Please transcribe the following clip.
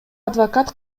адвокат